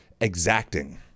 exacting